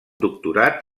doctorat